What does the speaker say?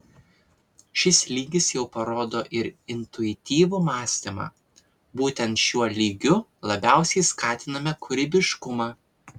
šis lygis jau parodo ir intuityvų mąstymą būtent šiuo lygiu labiausiai skatiname kūrybiškumą